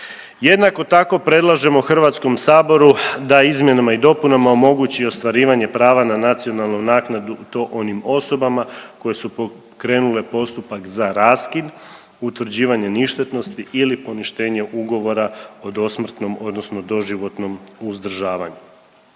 Jednako tako predlažemo Hrvatskom saboru da izmjenama i dopunama omogući i ostvarivanje prava na nacionalnu naknadu i to onim osobama koje su pokrenule postupak za raskid, utvrđivanje ništetnosti ili poništenje ugovora o dosmrtnom odnosno doživotnom uzdržavanju.